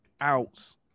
outs